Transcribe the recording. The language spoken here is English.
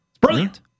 Brilliant